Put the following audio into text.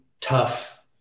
tough